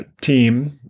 team